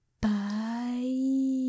Bye